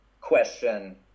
question